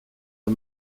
est